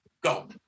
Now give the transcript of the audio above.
Go